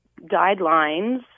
guidelines